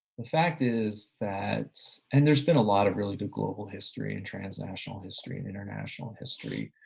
the fact is that, and there's been a lot of really good global history and transnational history and international history,